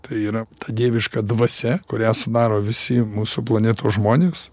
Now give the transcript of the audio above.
tai yra ta dieviška dvasia kurią sudaro visi mūsų planetos žmonės